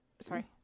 sorry